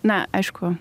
na aišku